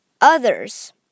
Others